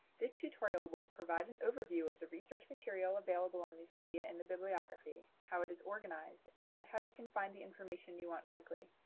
this tutorial will provide an overview of the research material available on these media in the bibliography, how it is organized, and how you can find the information you want quickly.